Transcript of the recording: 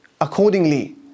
accordingly